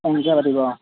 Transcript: অংকীয়া পাতিব